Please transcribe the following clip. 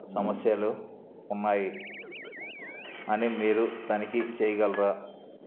సమస్యలు ఉన్నాయి అని మీరు తనిఖీ చేయగలరా